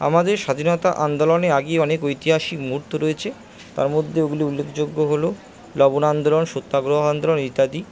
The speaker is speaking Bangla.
আমাদের স্বাধীনতা আন্দোলনে আগেই অনেক ঐতিহাসিক মুহুর্ত রয়েছে তার মধ্যে উল্লেখযোগ্য হল লবণ আন্দোলন সত্যাগ্রহ আন্দোলন ইত্যাদি